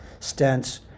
stents